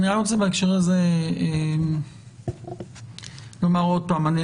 בהקשר הזה אני רוצה לומר עוד פעם שאני